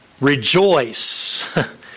rejoice